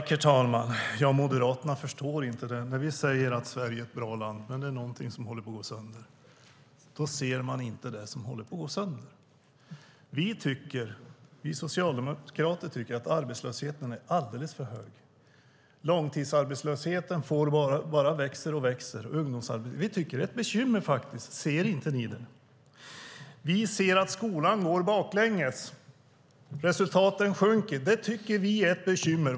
Herr talman! Moderaterna förstår inte det här. När vi säger att Sverige är ett bra land, men det är någonting som håller på att gå sönder, ser man inte det som håller på att gå sönder. Vi socialdemokrater tycker att arbetslösheten är alldeles för hög. Långtidsarbetslösheten bara växer och växer. Vi tycker att det är ett bekymmer. Ser inte ni det? Vi ser att skolan går baklänges. Resultaten sjunker. Det tycker vi är ett bekymmer.